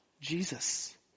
Jesus